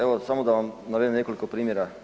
Evo samo da vam navedem nekoliko primjera.